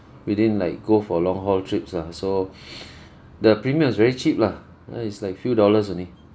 we didn't like go for long haul trips lah so the premium was very cheap lah ah it's like few dollars only